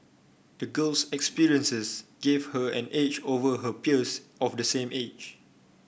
the girl's experiences gave her an edge over her peers of the same age